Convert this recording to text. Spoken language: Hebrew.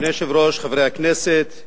אדוני היושב-ראש, חברי הכנסת,